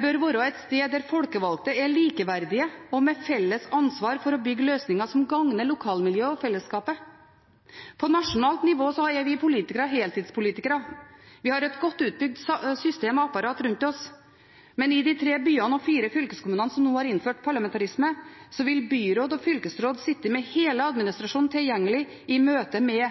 bør være et sted der folkevalgte er likeverdige og med felles ansvar for å bygge løsninger som gagner lokalmiljøet og fellesskapet. På nasjonalt nivå er vi politikere heltidspolitikere, vi har et godt utbygd system og apparat rundt oss, men i de tre byene og de fire fylkeskommunene som nå har innført parlamentarisme, vil byråd og fylkesråd sitte med hele administrasjonen tilgjengelig i møte med